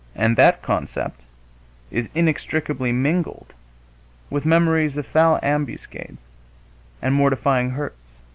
and that concept is inextricably mingled with memories of foul ambuscades and mortifying hurts.